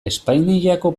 espainiako